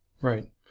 Right